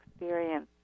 experience